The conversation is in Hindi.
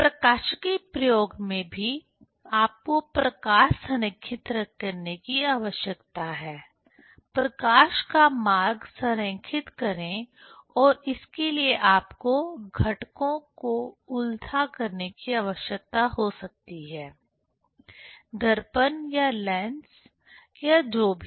और प्रकाशिकी प्रयोग में भी आपको प्रकाश संरेखित करने की आवश्यकता है प्रकाश का मार्ग संरेखित करें और इसके लिए आपको घटकों का उलथा करने की आवश्यकता हो सकती है दर्पण या लेंस या जो भी